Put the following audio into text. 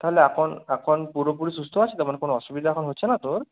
তাহলে এখন এখন পুরোপুরি সুস্থ আছে তো মানে কোনো অসুবিধা এখন হচ্ছে না তো ওর